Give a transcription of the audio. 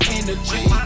energy